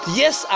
yes